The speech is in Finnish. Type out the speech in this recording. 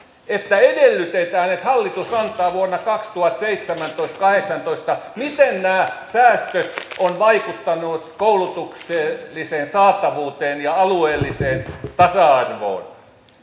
että edellytetään että hallitus antaa vuosina kaksituhattaseitsemäntoista viiva kaksituhattakahdeksantoista selvityksen miten nämä säästöt ovat vaikuttaneet koulutukselliseen saatavuuteen ja alueelliseen tasa arvoon